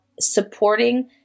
supporting